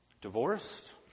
Divorced